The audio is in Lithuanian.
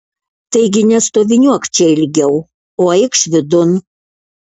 taigi nestoviniuok čia ilgiau o eikš vidun